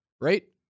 Right